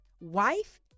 Wife